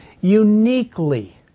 Uniquely